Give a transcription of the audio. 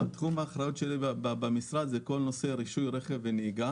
תחום האחריות שלי במשרד הוא כל נושא רישוי רכב ונהיגה